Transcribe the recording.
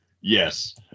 yes